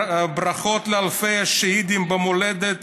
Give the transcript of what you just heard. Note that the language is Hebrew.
ברכות לאלפי השהידים במולדת